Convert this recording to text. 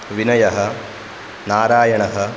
विनयः नारायणः